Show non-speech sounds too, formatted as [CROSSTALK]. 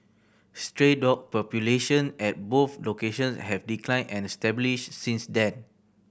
stray dog population at both locations have declined and [UNINTELLIGIBLE] since then